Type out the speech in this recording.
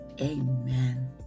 Amen